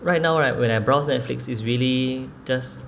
right now right when I browse netflix is really just